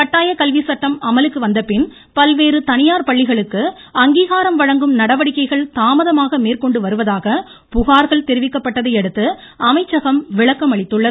கட்டாயக்கல்வி சட்டம் அமலுக்கு வந்தபின் பல்வேறு தனியார் பள்ளிகளுக்கு அங்கீகாரம் வழங்கும் நடவடிக்கைகள் தாமதமாக மேற்கொண்டு வருவதாக புகார்கள் தெரிவிக்கப்பட்டதையடுத்து அமைச்சகம் விளக்கம் அளித்துள்ளது